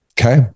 Okay